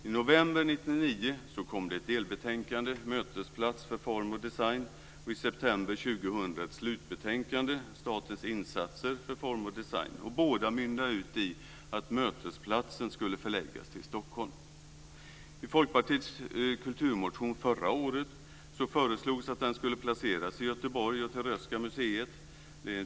I november 1999 kom det ett delbetänkande, Mötesplats för form och design, och i september 2000 ett slutbetänkande, Statens insatser för form och design. Båda mynnade ut i att mötesplatsen skulle förläggas till Stockholm. I Folkpartiets kulturmotion förra året föreslog vi att den skulle placeras i Göteborg och till Röhsska museet.